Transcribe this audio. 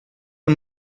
amb